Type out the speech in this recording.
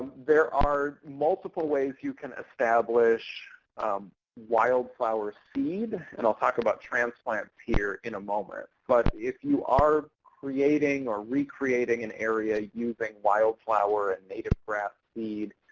there are multiple ways you can establish wildflower seed. and i'll talk about transplants here in a moment. but if you are creating or recreating an area using wildflower and native grass seed,